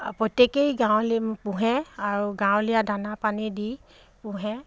প্ৰত্যেকেই গাঁৱলীয়াই পোহে আৰু গাঁৱলীয়া দানা পানী দি পোহে